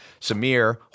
Samir